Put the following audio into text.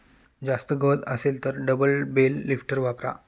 जास्त गवत असेल तर डबल बेल लिफ्टर वापरा